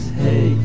hey